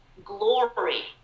glory